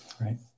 Right